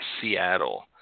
Seattle